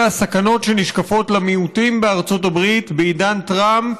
הסכנות שנשקפות למיעוטים בארצות הברית בעידן טראמפ,